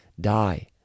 die